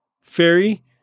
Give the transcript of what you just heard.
Fairy